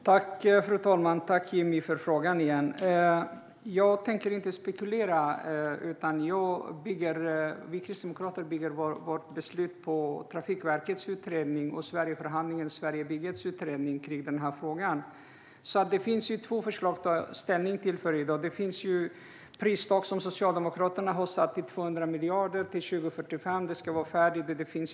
Fru talman! Tack, Jimmy, för frågan! Jag tänker inte spekulera. Vi kristdemokrater bygger vårt beslut på Trafikverkets utredning och Sverigeförhandlingens eller Sverigebyggets utredning om denna fråga. Det finns två förslag att ta ställning till i dag. Ett förslag innefattar det pristak som Socialdemokraterna har satt med 200 miljarder. Enligt detta förslag ska det vara färdigt till 2045.